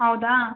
ಹೌದಾ